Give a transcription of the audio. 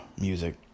music